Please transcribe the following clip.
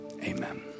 Amen